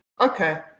Okay